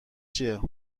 چیه